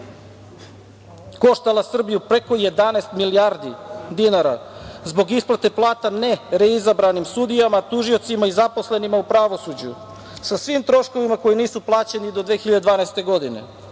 koštala Srbiju preko 11 milijardi dinara zbog isplate plata nereizabranim sudijama, tužiocima i zaposlenima u pravosuđu sa svim troškovima koji nisu plaćeni do 2012. godine. Isto